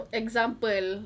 example